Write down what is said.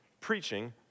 preaching